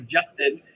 adjusted